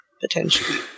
potentially